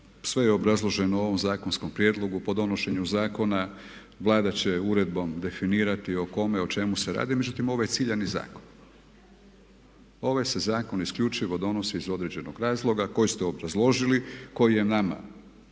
sve je obrazloženo u ovom zakonskom prijedlogu po donošenju zakona Vlada će uredbom definirati o kome, o čemu se radi. Međutim, ovo je ciljani zakon. ovaj se zakon isključivo donosi iz određenog razloga koji ste obrazložili, koji je nama prihvatljiv.